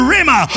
Rima